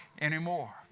anymore